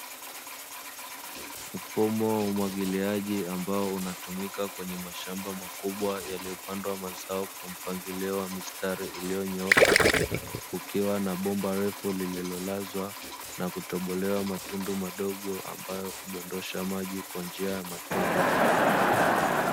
Mfumo wa umwagiliaji ambao unatumika kwenye mashamba makubwa, yaliyopandwa mazao kwa mpangilio wa mistari iliyonyooka, kukiwa na bomba refu lililolazwa na kutobolewa matundu madogo ambayo hudondosha maji kwa njia ya matone.